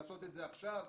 לעשות את זה עכשיו,